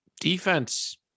Defense